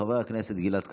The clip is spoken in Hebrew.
חבר הכנסת גלעד קריב,